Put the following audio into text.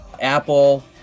Apple